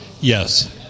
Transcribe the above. Yes